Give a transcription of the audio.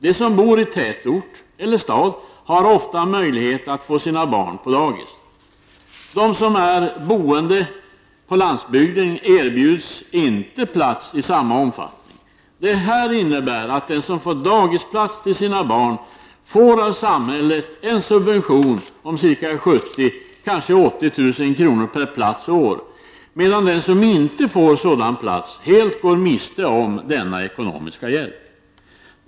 De som bor i tätort eller stad har ofta möjlighet att få sina barn på dagis. De som är boende på landsbygden erbjuds inte plats i samma omfattning. Detta innebär att den som får dagisplats till sina barn får av samhället en subvention om ca 70 000-80 000 kr. per plats och år, medan den som inte får sådan plats helt går miste om denna ekonomiska hjälp.